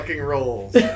rolls